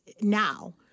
now